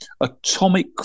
Atomic